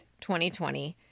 2020